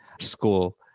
school